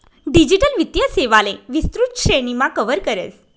digital वित्तीय सेवांले विस्तृत श्रेणीमा कव्हर करस